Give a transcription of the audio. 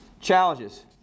challenges